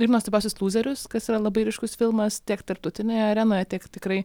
ir nuostabiuosius lūzerius kas yra labai ryškus filmas tiek tarptautinėje arenoje tiek tikrai